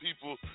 people